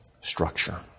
structure